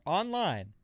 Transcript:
Online